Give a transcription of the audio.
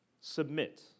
Submit